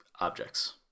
objects